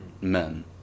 men